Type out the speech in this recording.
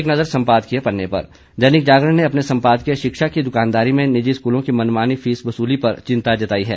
एक नज़र सम्पादकीय पन्ने पर दैनिक जागरण ने अपने संपादकीय शिक्षा की दुकानदारी में निजी स्कूलों की मनमानी फीस वसूली पर चिंता जताई है